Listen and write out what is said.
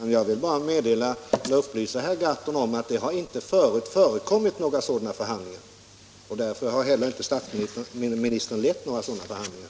Herr talman! Jag vill bara upplysa herr Gahrton om att det inte tidigare har förekommit några sådana förhandlingar, och därför har inte heller statsministern lett några sådana förhandlingar.